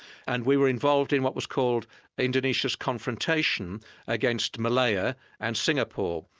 and we were involved in what was called indonesia's confrontation against malaya and singapore.